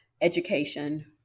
education